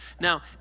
Now